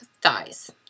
thighs